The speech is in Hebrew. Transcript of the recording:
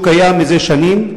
היישוב קיים זה שנים,